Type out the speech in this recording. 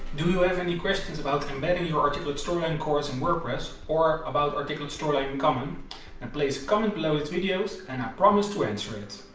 do you have any questions about embedding your articulate storyline course in wordpress or about articulate storyline? then and please comment below it's videos and i promise to answer it.